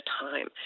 time